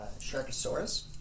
Sharkosaurus